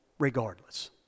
Regardless